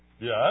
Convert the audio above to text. Yes